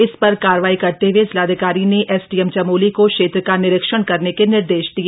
इस पर कार्रवाई करते हए जिलाधिकारी ने एसडीएम चमोली को क्षेत्र का निरीक्षण करने के निर्देश दिए